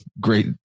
great